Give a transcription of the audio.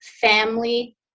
family